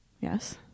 yes